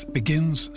begins